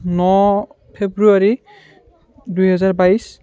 ন February দুই হাজাৰ বাইছ